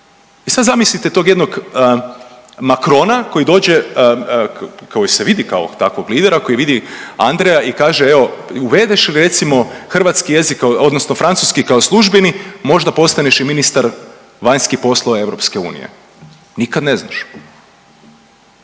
I sad zamislite tog jednog Macrona koji dođe, koji se vidi kao takvog lidera, koji vidi Andreja i kaže evo uvedeš recimo hrvatski jezi, odnosno francuski kao službeni možda postaneš i ministar vanjskih poslova EU. Nikad ne znaš.